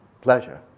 pleasure